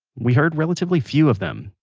we heard relatively few of them,